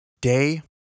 Day